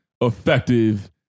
effective